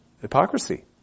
hypocrisy